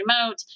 remote